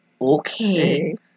okay